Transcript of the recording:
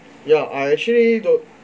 ya I actually don't